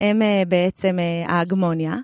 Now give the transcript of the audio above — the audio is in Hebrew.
הם בעצם ההגמוניה.